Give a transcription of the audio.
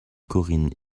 corinne